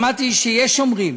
שמעתי שיש אומרים